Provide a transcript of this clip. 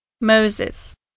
Moses